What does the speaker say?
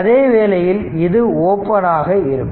அதே வேளையில் இது ஓபன் ஆக இருக்கும்